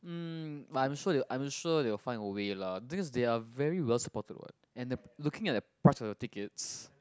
mm but I'm sure I'm sure they will find a way lah because there are very well supported what and the looking at the price of the tickets